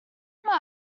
mae